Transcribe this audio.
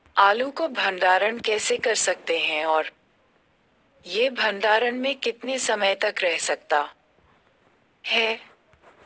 आलू को भंडारण कैसे कर सकते हैं और यह भंडारण में कितने समय तक रह सकता है?